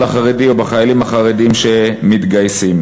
החרדי ובחיילים החרדים שמתגייסים.